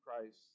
Christ